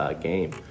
game